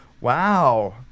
wow